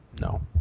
no